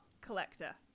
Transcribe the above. collector